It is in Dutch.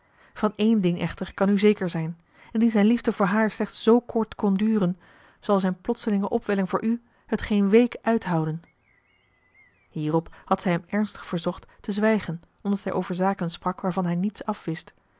van één ding echter kan u zeker zijn indien zijn liefde voor haar slechts z kort kon duren zal zijn plotselinge opwelling voor u het geen week uithouden hierop had zij hem ernstig verzocht te zwijgen omdat hij over zaken sprak waarvan hij niets afwist